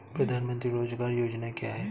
प्रधानमंत्री रोज़गार योजना क्या है?